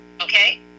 Okay